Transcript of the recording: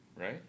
Right